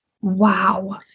wow